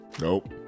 nope